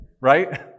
right